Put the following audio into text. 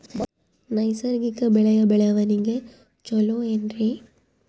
ನೈಸರ್ಗಿಕ ಬೆಳೆಯ ಬೆಳವಣಿಗೆ ಚೊಲೊ ಏನ್ರಿ?